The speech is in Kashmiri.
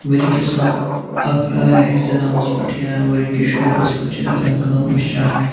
ؤری کِس سب اَکھ اِقتِدامَس پٮ۪ٹھ یا ؤری کِس شروٗعَس پٮ۪ٹھ چھِ أسۍ کَران کٲم أسۍ چھِ اَکھ